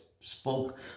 spoke